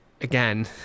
again